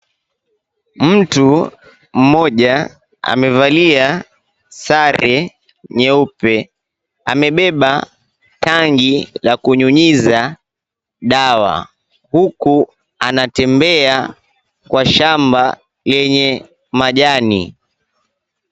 Mtu mmoja amevalia sare nyeupe, amebeba tangi la kunyunyuza dawa huku anatembea kwa shamba lenye majani.